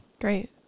Great